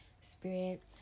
Spirit